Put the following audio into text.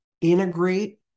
integrate